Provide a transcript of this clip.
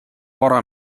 vara